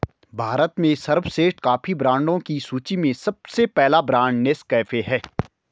भारत में सर्वश्रेष्ठ कॉफी ब्रांडों की सूची में सबसे पहला ब्रांड नेस्कैफे है